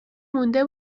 مونده